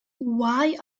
why